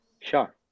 Sure